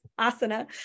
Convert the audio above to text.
asana